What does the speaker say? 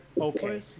Okay